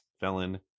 Felon